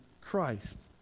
Christ